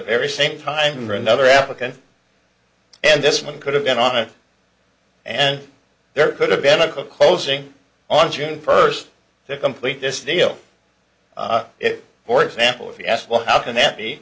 very same time for another applicant and this one could have been on it and there could have been a closing on june first to complete this deal for example if you asked well how can that be